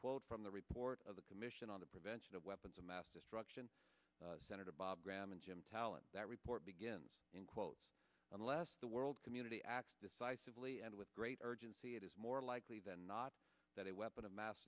quote from the report of the commission on the prevention of weapons of mass destruction senator bob graham and jim talent that report begins in quote unless the world community acts decisively and with great urgency it is more likely than not that a weapon of mass